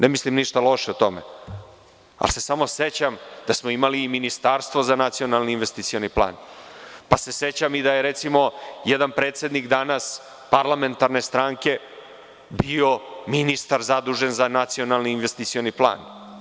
Ne mislim ništa loše o tome, ali se samo sećam da smo imali ministarstvo za nacionalni investicioni plan, pa se sećam da je jedan predsednik parlamentarne stranke bio ministar zadužen za Nacionalni investicioni plan.